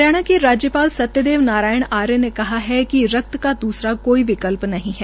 हरियाणा के राज्यपाल सत्यदेव नारायण आर्य ने कहा है कि रक्त का द्सरा कोई विकल्प नहीं है